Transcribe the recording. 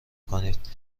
کنید